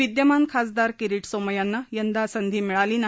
विद्यमान खासदार किरीट सोमय्यांना यंदा संधी मिळाली नाही